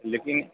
लेकिन